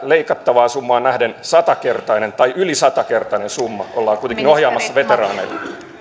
leikattavaan summaan nähden satakertainen tai yli satakertainen summa ollaan kuitenkin ohjaamassa veteraaneille